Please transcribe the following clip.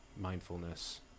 mindfulness